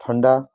ठन्डा